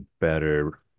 better